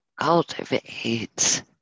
cultivates